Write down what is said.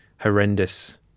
horrendous